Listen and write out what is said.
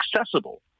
accessible